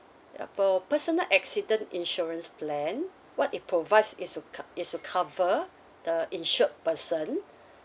uh for personal accident insurance plan what it provides is to cov~ is to cover the insured person